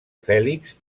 fèlix